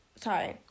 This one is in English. sorry